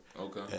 Okay